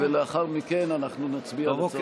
ולאחר מכן אנחנו נצביע על הצעות האי-אמון.